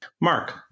Mark